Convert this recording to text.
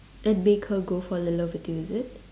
and make her go for the lover deal is it